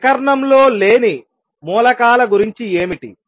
వికర్ణము లో లేని మూలకాల గురించి ఏమిటి